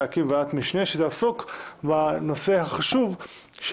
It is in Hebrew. להקים ועדת משנה שתעסוק בנושא החשוב של